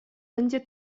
będzie